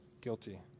guilty